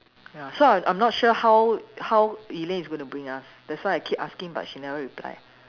ya so I'm I'm not sure how how Elaine is gonna bring us that's why I keep asking but she never reply